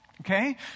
Okay